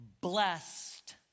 blessed